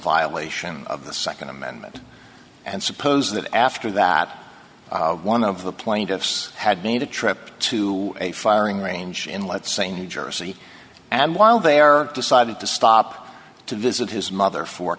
violation of the nd amendment and suppose that after that one of the plaintiffs had made a trip to a firing range in let's say new jersey and while there decided to stop to visit his mother for a